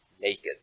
naked